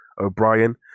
O'Brien